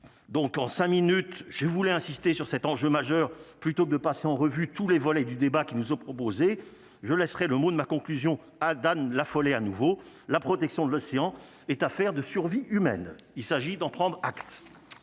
donc en 5 minutes, je voulais insister sur cet enjeu majeur, plutôt que de passer en revue tous les volets du débat qui nous ont proposé, je laisserai le monde ma conclusion à Dan l'affoler, à nouveau, la protection de l'océan est affaire de survie humaine, il s'agit d'en prendre acte.